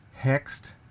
Hexed